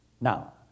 Now